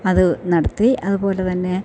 അതു നടത്തി അതു പോലെ തന്നെ